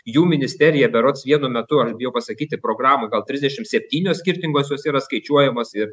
jų ministerija berods vienu metu aš bijau pasakyti programoj gal trisdešim septynios skirtingos jos yra skaičiuojamos ir